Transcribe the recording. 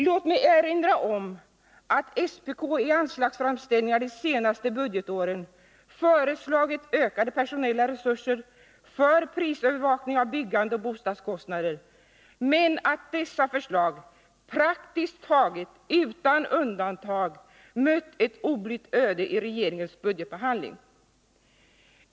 Låt mig erinra om att SPK i anslagsframställningar de senaste budgetåren föreslagit ökade personella resurser för prisövervakning av byggande och bostadskostnader men att dessa förslag praktiskt taget utan undantag mött Nr 48 ett oblitt öde i regeringens budgetbehandling.